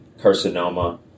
carcinoma